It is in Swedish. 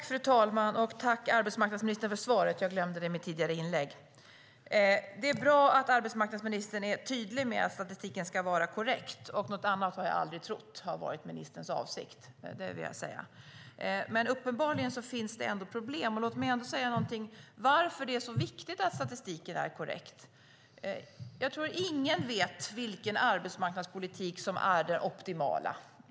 Fru talman! Jag tackar arbetsmarknadsministern för svaret - det glömde jag i mitt tidigare inlägg. Det är bra att arbetsmarknadsministern är tydlig med att statistiken ska vara korrekt. Jag har aldrig trott att ministerns haft någon annan avsikt. Det vill jag säga. Men uppenbarligen finns ändå problem. Låt mig säga något om varför det är så viktigt att statistiken är korrekt. Jag tror inte att någon vet vilken arbetsmarknadspolitik som är den optimala.